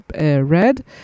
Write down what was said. red